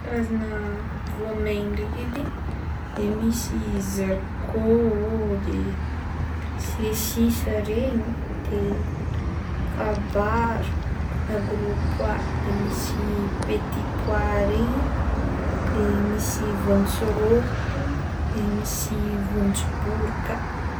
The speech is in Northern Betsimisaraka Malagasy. Karazagna voamegna ndraiky edy de misy zarikô ô, de sesisa regny, de kabaro na gros pois, de misy petit pois regny, de misy vôntsorôko de misy voanjobory ka.